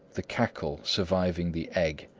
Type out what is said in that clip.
the cackle surviving the egg.